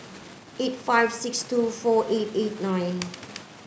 eight five six two four eight eight nine